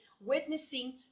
witnessing